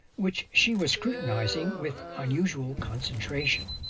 which she was scrutinising with unusual concentration.